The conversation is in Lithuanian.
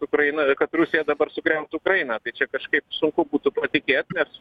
ukraina kad rusija dabar sugriautų ukrainą tai čia kažkaip sunku būtų patikėt nes